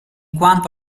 quanto